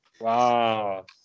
Wow